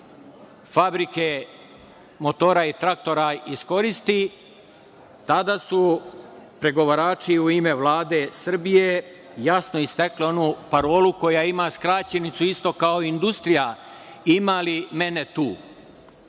fabrike motora i traktora iskoristi. Tada su pregovarači u ime Vlade Srbije jasno istakli onu parolu koja ima skraćenicu isto kao industrija - ima li mene tu?